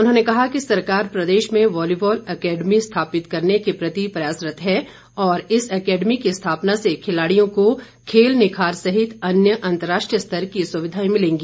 उन्होंने कहा कि सरकार प्रदेश में वालीबॉल अकेडमी स्थापित करने के प्रति प्रयासरत है और इस अकेडमी की स्थापना से खिलाड़ियों को खेल निखार सहित अन्य अंतर्राष्ट्रीय स्तर की सुविधाएं मिलेगी